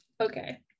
okay